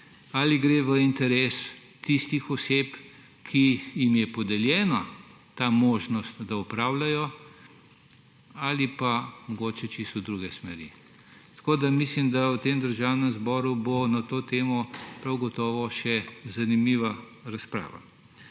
ali gre v interes tistih oseb, ki jim je podeljena ta možnost, da upravljajo, ali pa mogoče čisto v druge smeri. Mislim, da bo v Državnem zboru na to temo prav gotovo še zanimiva razprava.